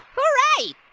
all right,